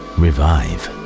revive